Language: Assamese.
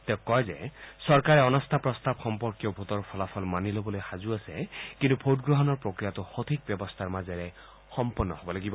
তেওঁ কয় যে চৰকাৰে অনাস্থ প্ৰস্তাৱ সম্পৰ্কীয় ভোটৰ ফলাফল মানি ল'বলৈ সাজু আছে কিন্তু ভোটগ্ৰহণৰ প্ৰক্ৰিয়াটো সঠিক ব্যৱস্থাৰ মাজেৰে সম্পন্ন হ'ব লাগিব